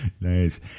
Nice